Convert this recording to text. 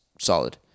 solid